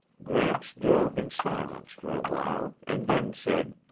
gramps drove in silence for a while and then said,